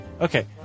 Okay